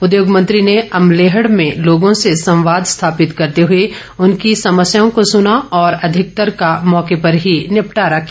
उद्योग मंत्री ने अमलेहड़ में लोगों से संवाद स्थापित करते हुए उनकी समस्याओं को सुना और आधिकतर का मौके पर ही निपटारा किया